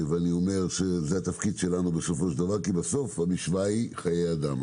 זה התפקיד שלנו כי בסוף המשוואה היא חיי אדם.